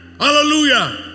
Hallelujah